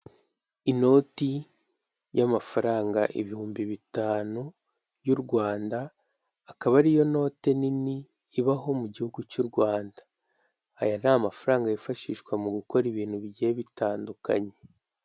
Inoti y'amafaranga ibihumbi bitanu by'u Rwanda akaba ariyo note nini ibaho mu gihugu cy'u Rwanda aya ni amafaranga yifashishwa mu gukora ibintu bigiye bitandukanye.